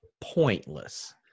pointless